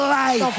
life